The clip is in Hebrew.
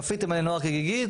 כפיתם עלינו הר כגיגית,